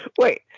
wait